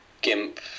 GIMP